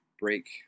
break